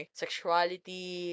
sexuality